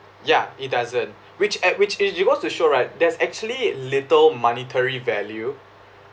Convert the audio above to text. ya it doesn't which at which is it goes to show right there's actually little monetary value